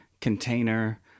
container